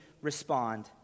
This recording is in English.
respond